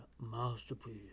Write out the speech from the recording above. Masterpiece